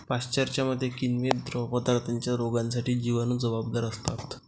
पाश्चरच्या मते, किण्वित द्रवपदार्थांच्या रोगांसाठी जिवाणू जबाबदार असतात